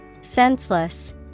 senseless